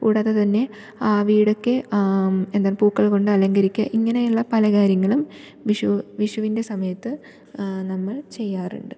കൂടാതെ തന്നെ വീടൊക്കെ എന്താണ് പൂക്കൾ കൊണ്ട് അലങ്കരിക്കുക ഇങ്ങനെയുള്ള പല കാര്യങ്ങളും വിഷു വിഷുവിൻ്റെ സമയത്ത് നമ്മൾ ചെയ്യാറുണ്ട്